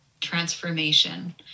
transformation